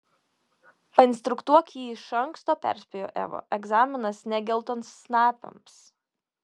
painstruktuok jį iš anksto perspėjo eva egzaminas ne geltonsnapiams